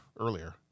earlier